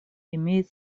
имеет